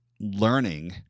learning